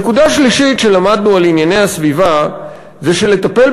נקודה שלישית שלמדנו על ענייני הסביבה היא שלטפל